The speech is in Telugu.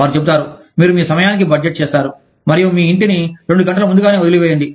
వారు చెబుతారు మీరు మీ సమయానికి బడ్జెట్ చేస్తారు మరియు మీ ఇంటిని రెండు గంటల ముందుగానే వదిలివేయండి